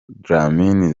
dlamini